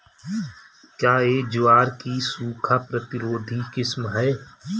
क्या यह ज्वार की सूखा प्रतिरोधी किस्म है?